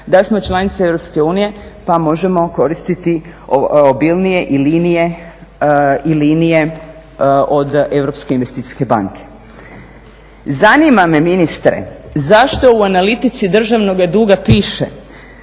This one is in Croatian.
da smo članica EU pa možemo koristiti obilnije i linije od Europske investicijske banke. Zanima me ministre zašto u analitici državnoga duga piše